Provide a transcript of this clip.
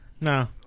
No